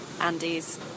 Andy's